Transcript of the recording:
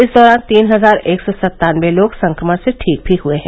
इस दौरान तीन हजार एक सौ सत्तानवे लोग संक्रमण से ठीक भी हुए हैं